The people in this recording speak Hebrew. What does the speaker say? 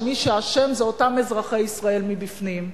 שמי שאשם זה אותם אזרחי ישראל מבפנים.